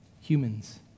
humans